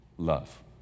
Love